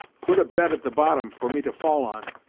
put a bed at the bottom, for me to fall on.